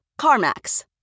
CarMax